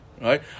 right